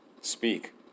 speak